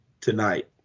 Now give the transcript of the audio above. tonight